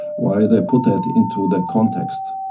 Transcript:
why they put that into that context,